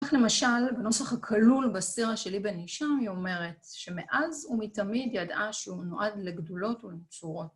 כך למשל, בנוסח הכלול בסירה של אבן היאשם היא אומרת שמאז ומתמיד ידעה שהוא נועד לגדולות ולנצורות.